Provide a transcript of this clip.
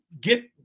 Get